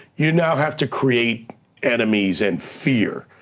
you now have to create enemies and fear,